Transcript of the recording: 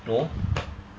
no